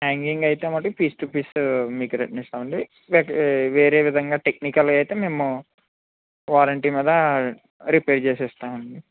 hanging అయితే మటికి మీకు పీస్ టు పీస్ మీకు రిటర్న్ ఇస్తామండి వేరే విధంగా టెక్నికల్గా అయితే మేము వారంటీ మీద రిపేర్ చేసిస్తామండి